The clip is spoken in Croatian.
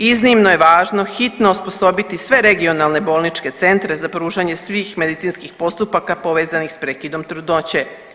Iznimno je važno hitno osposobiti sve regionalne bolničke centre za pružanje svih medicinskih postupaka povezanih sa prekidom trudnoće.